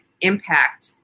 impact